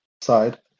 side